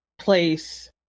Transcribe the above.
place